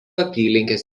apylinkės